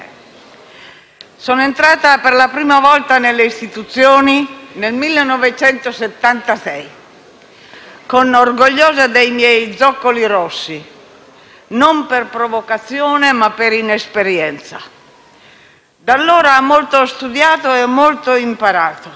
sono entrata per la prima volta nelle istituzioni nel 1976, orgogliosa dei miei zoccoli rossi, non per provocazione, ma per inesperienza. Da allora molto ho studiato e molto ho imparato.